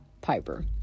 piper